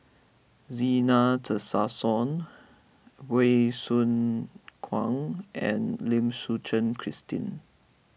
Zena Tessensohn Soo Khiang and Lim Suchen Christine